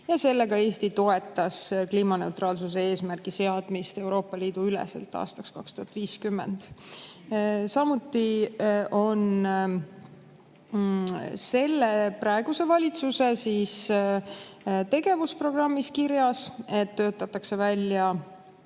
ja millega Eesti toetas kliimaneutraalsuse eesmärgi seadmist Euroopa Liidu üleselt aastaks 2050. Samuti on praeguse valitsuse tegevusprogrammis kirjas, et töötatakse välja